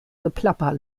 geplapper